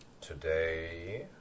Today